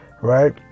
right